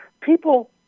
People